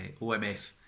OMF